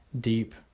deep